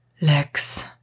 Lex